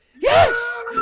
Yes